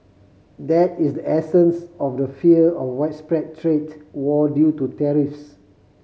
that is the essence of the fear of widespread trade war due to tariffs